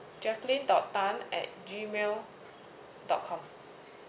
jacqueline dot tan at Gmail dot com